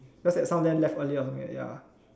just that some of them left earlier ya ya